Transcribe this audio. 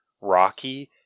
Rocky